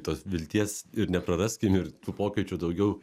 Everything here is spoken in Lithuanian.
tos vilties ir nepraraskim ir tų pokyčių daugiau